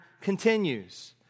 continues